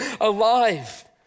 alive